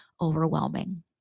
overwhelming